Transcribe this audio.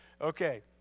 Okay